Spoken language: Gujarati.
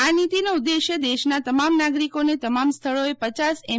આ નીતીનો ઉદ્દેશ્ય દેશના તમામ નાગરિકોને તમામ સ્થળોએ પચાસ એમ